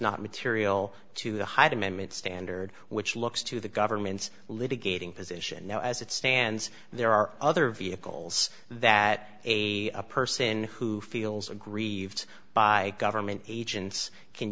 not material to the hyde amendment standard which looks to the government's litigating position now as it stands there are other vehicles that a person who feels aggrieved by government agents can